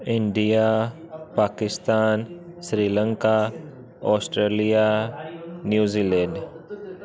India Pakistan Sri Lanka Australia New Zealand